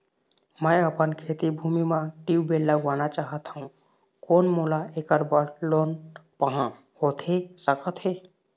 मैं अपन खेती भूमि म ट्यूबवेल लगवाना चाहत हाव, कोन मोला ऐकर बर लोन पाहां होथे सकत हे?